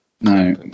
No